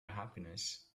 happiness